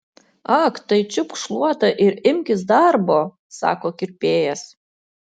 ag tai čiupk šluotą ir imkis darbo sako kirpėjas